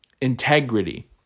integrity